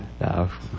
Now